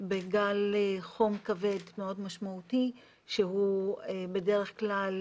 בגל חום כבד מאוד משמעותי שהוא בדרך כלל